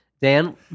Dan